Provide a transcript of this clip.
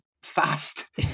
Fast